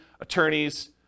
attorneys